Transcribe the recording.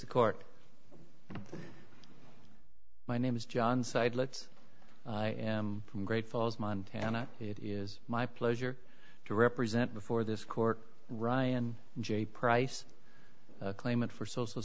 the court my name is john sidelights from great falls montana it is my pleasure to represent before this court ryan j price claimant for social